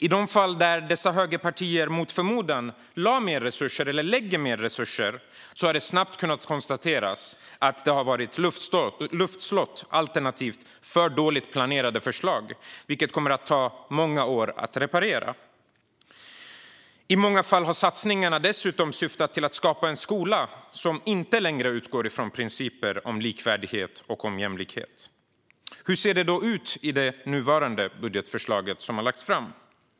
I de fall dessa högerpartier mot förmodan lagt mer resurser har det snabbt kunnat konstateras att det har varit luftslott, alternativt för dåligt planerade förslag, vilket kommer att ta många år att reparera. I många fall har satsningarna dessutom syftat till att skapa en skola som inte längre utgår från principer om likvärdighet och jämlikhet. Hur ser det då ut i det nuvarande budgetförslag som har lagts fram?